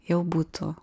jau būtų